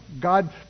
God